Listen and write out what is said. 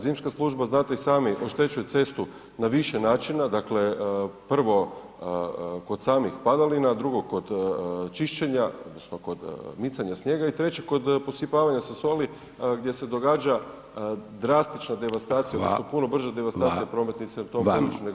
Zimska služba, znate i sami, oštećuje cestu na više načina, dakle, prvo kod samih padalina, drugo kog čišćenja, odnosno kod micanja snijega i treće kod posipavanja sa soli gdje se događa drastična devastacija [[Upadica: Hvala vam.]] odnosno prva brža devastacija prometnica [[Upadica: Kolega Beljak.]] u tom području nego